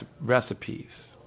recipes